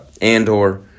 Andor